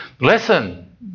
listen